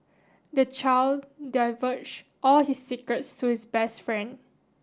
the child divulged all his secrets to his best friend